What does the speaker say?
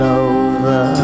over